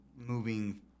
moving